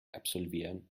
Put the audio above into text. absolvieren